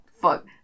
Fuck